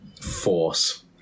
force